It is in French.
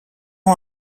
ans